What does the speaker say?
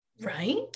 Right